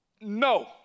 No